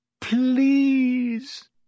Please